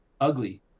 ugly